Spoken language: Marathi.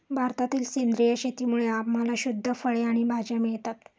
भारतातील सेंद्रिय शेतीमुळे आम्हाला शुद्ध फळे आणि भाज्या मिळतात